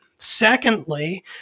Secondly